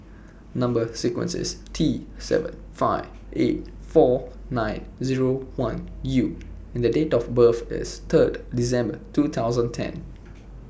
Number sequence IS T seven five eight four nine Zero one U and The Date of birth IS Third December two thousand ten